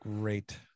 great